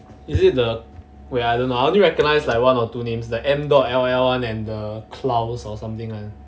is it the wait I don't know I only recognise like one or two names the m dot l l one and the claus or something like ah